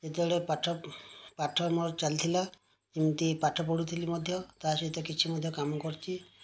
ଯେତେବେଳେ ପାଠ ପାଠ ମୋର ଚାଲିଥିଲା ଯେମିତି ପାଠ ପଢ଼ୁଥିଲି ମଧ୍ୟ ତା ସହିତ କିଛି ମଧ୍ୟ କାମ କରିଛି